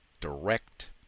direct